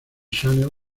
channel